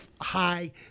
high